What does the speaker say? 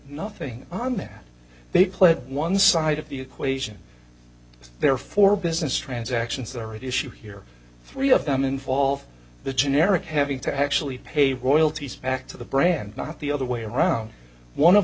nothing on there they played one side of the equation there for business transactions that are at issue here three of them involve the generic having to actually pay royalties back to the brand not the other way around one of